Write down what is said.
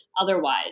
otherwise